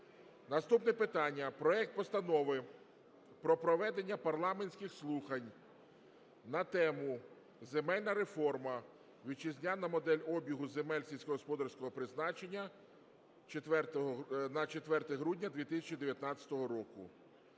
Наступне питання. Проект Постанови про проведення парламентських слухань на тему: "Земельна реформа: вітчизняна модель обігу земель сільськогосподарського призначення" на 4 грудня 2019 року.